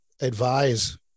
advise